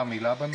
אפשר מילה בנושא?